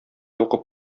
укып